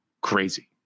crazy